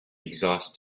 exhaust